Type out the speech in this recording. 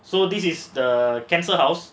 so this is the cancer house